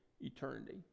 eternity